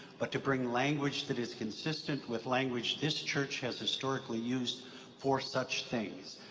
but to bring language that is consistent with language this church has historically used for such things.